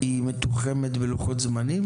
היא מתוחמת בלוחות זמנים?